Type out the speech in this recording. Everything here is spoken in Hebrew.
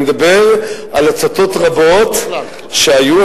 אני מדבר על הצתות רבות שהיו.